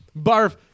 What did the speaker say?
barf